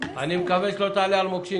לגבי מה קרה לפני שהחוק הזה ייכנס לתוקף.